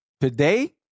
today